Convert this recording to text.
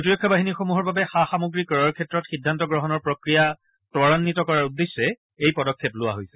প্ৰতিৰক্ষা বাহিনীসমূহৰ বাবে সা সামগ্ৰী ক্ৰয়ৰ ক্ষেত্ৰত সিদ্ধান্ত গ্ৰহণৰ প্ৰক্ৰিয়া ত্বৰাঘিত কৰাৰ উদ্দেশ্যে এই পদক্ষেপ লোৱা হৈছে